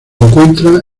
encuentra